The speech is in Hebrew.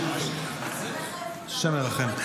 קיפחו את חייהם --- ברכב --- לא,